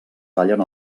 tallen